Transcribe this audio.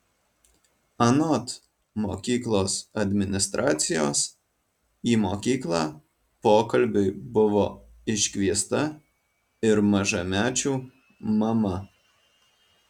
anot mokyklos administracijos į mokyklą pokalbiui buvo iškviesta ir mažamečių mama